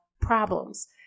problems